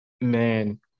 Man